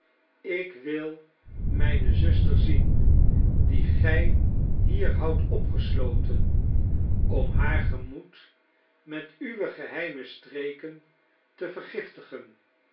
ik wil mijne zuster zien die gij hier houdt opgesloten om haar gemoed met uwe geheime streken te vergiftigen